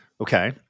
Okay